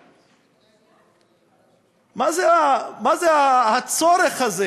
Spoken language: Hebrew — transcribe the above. מה זה הצורך הזה